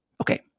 Okay